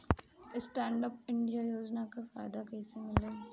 Stand up India योजना के फायदा कैसे मिली?